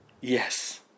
Yes